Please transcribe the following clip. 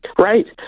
Right